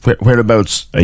Whereabouts